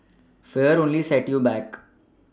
fear only set you back